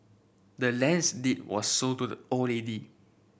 the land's deed was sold to the old lady